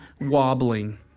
wobbling